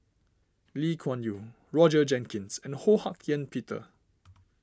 Lee Kuan Yew Roger Jenkins and Ho Hak Ean Peter